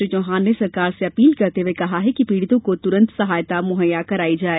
श्री चौहान ने सरकार से अपील करते हुए कहा कि पीड़ितों को तुरन्त सहायता मुहैया कराई जाए